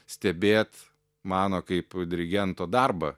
stebėt mano kaip dirigento darbą